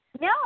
no